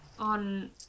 On